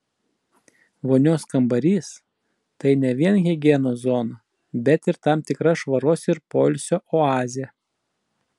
vonios kambarys tai ne vien higienos zona bet ir tam tikra švaros ir poilsio oazė